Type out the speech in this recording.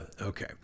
Okay